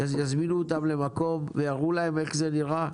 יזמינו אותם למקום ויראו להם איך זה נראה?